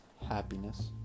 happiness